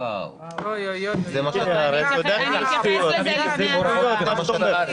ואני אומר את זה בצורה ברורה.